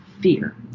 fear